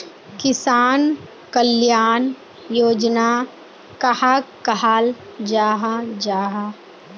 किसान कल्याण योजना कहाक कहाल जाहा जाहा?